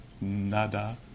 nada